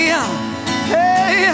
Hey